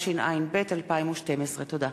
התשע"ב 2012. תודה.